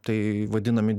tai vadinami